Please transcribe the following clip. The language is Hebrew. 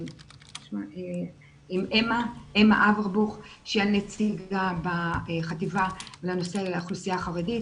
עם אמה אברבוך שהיא הנציגה בחטיבה לנושא האוכלוסייה החרדית.